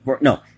no